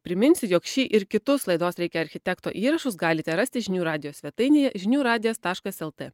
priminsiu jog šį ir kitus laidos reikia architekto įrašus galite rasti žinių radijo svetainėje žinių radijas taškas lt